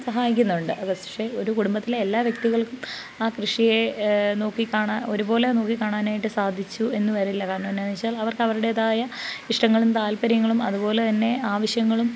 സഹായിക്കുന്നുണ്ട് പക്ഷേ ഒരു കുടുംബത്തിലെ എല്ലാ വ്യക്തികൾക്കും ആ കൃഷിയെ നോക്കിക്കാണാൻ ഒരുപോലെ നോക്കി കാണാനായിട്ട് സാധിച്ചു എന്നു വരില്ല കാരണമെന്നാന്നു വെച്ചാൽ അവർക്ക് അവരുടെതായ ഇഷ്ടങ്ങളും താല്പര്യങ്ങളും അതുപോലെ തന്നെ ആവശ്യങ്ങളും